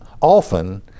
often